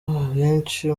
abenshi